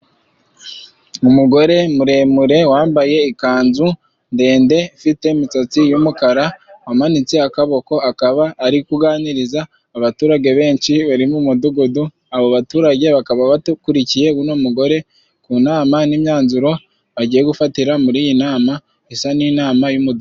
Umugore muremure wambaye ikanzu ndende, ufite imisatsi y'umukara, amanitse akaboko, akaba ari kuganiriza abaturage benshi bari mu mudugudu, abo baturage bakaba bakurikiye uno mugore, ku nama n'imyanzuro bagiye gufatira muri iyi nama, isa n'inama y'umudugudugudu.